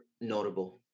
notable